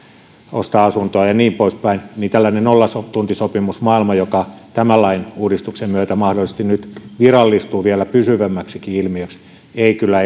ostaa asuntoa ja niin poispäin tällainen nollatuntisopimusmaailma joka tämän lainuudistuksen myötä mahdollisesti nyt virallistuu vielä pysyvämmäksikin ilmiöksi ei kyllä